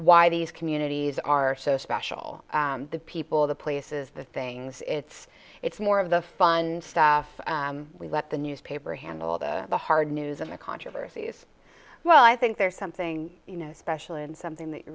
why these communities are so special the people the places the things it's it's more of the fun stuff we let the newspaper handle the hard news and the controversies well i think there's something you know special and something that you